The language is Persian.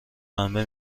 پنبه